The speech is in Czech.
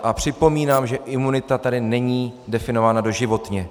A připomínám, že imunita tady není definována doživotně.